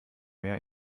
mehr